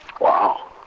Wow